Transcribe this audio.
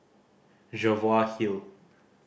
Jervois Hill